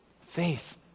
Faith